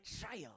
trial